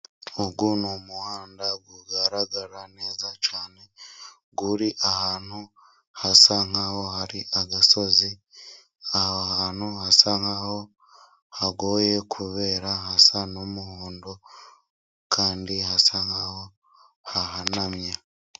Uyu ni umuhanda ugaragara neza cyane uri ahantu hasa nk'aho hari nk' agasozi ,aho hantu hasa nk'aho hagoye kubera hasa n'umuhondo kandi hasa nk'aho hahanamye.